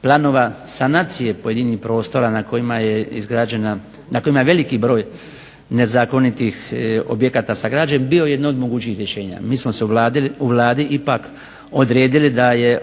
planova sanacije pojedinih prostora na kojima je veliki broj nezakonitih objekata sagrađen, bio jedna od mogućih rješenja. Mi smo se u Vladi ipak odredili da je